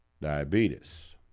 diabetes